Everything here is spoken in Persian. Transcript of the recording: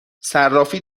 صرافی